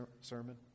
sermon